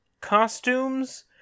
costumes